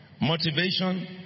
motivation